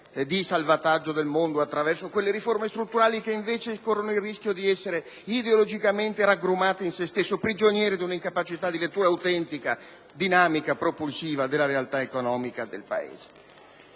di salvataggio del mondo attraverso quelle riforme strutturali che, invece, corrono il rischio di essere ideologicamente raggrumate in se stesse o prigioniere di un'incapacità di lettura autentica, dinamica e propulsiva della realtà economica del Paese.